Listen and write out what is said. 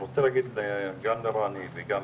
אני רוצה להגיד גם לרני וגם